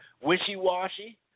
wishy-washy